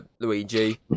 luigi